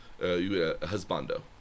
husbando